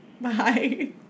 Bye